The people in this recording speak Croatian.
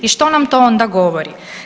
I što nam to onda govori?